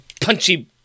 punchy